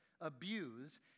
abuse